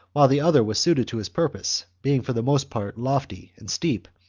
while the other was suited to his purpose, being for the most part lofty and steep,